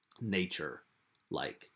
nature-like